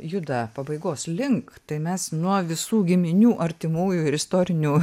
juda pabaigos link tai mes nuo visų giminių artimųjų ir istorinių